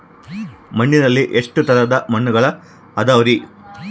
ಮಣ್ಣಿನಲ್ಲಿ ಎಷ್ಟು ತರದ ಮಣ್ಣುಗಳ ಅದವರಿ?